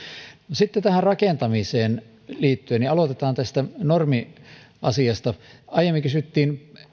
sitten rakentamiseen liittyen aloitetaan tästä normiasiasta aiemmin kysyttiin